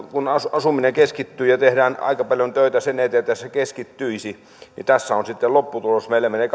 asuminen keskittyy ja tehdään aika paljon töitä sen eteen että se keskittyisi niin tässä on sitten lopputulos meillä menee